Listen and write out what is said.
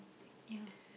ya